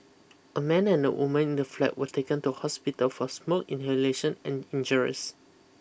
a man and a woman in the flat were taken to hospital for smoke inhalation and injuries